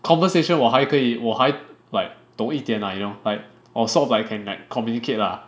conversation 我还可以我还 like 懂一点 lah you know like 我 sort of like can communicate lah